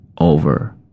over